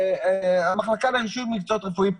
במחלקה לרישוי מקצועות רפואיים,